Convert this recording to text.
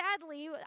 sadly